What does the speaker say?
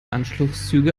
anschlusszüge